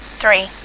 three